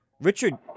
Richard